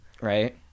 Right